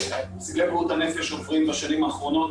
סגלי בריאות הנפש עוברים בשנים האחרונות